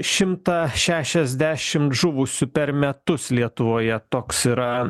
šimtą šešiasdešimt žuvusių per metus lietuvoje toks yra